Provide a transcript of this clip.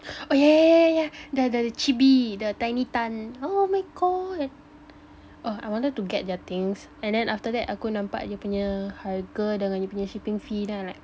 oh yeah yeah yeah yeah yeah the the chibi the tiny Tan oh my god oh I wanted to get their things and then after that aku nampak dia punya harga dengan dia punya shipping fee then I'm like